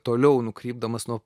toliau nukrypdamas nuo